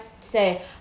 say